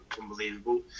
unbelievable